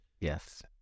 Yes